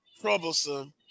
troublesome